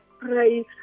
pray